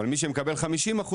אבל למי שמקבל 50%,